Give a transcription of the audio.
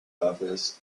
office